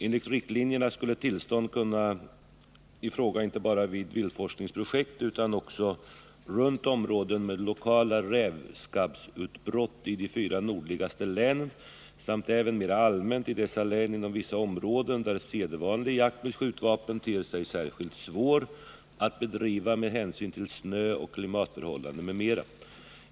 Enligt riktlinjerna skulle tillstånd kunna komma i fråga inte bara vid viltforskningsprojekt utan också runt områden med lokala rävskabbsutbrott i de fyra nordligaste länen samt även mera allmänt i dessa län inom vissa områden där sedvanlig jakt med skjutvapen ter sig särskilt svår att bedriva med hänsyn till snöoch klimatförhållanden m.m.